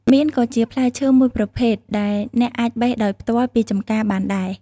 មៀនក៏ជាផ្លែឈើមួយប្រភេទដែលអ្នកអាចបេះដោយផ្ទាល់ពីចម្ការបានដែរ។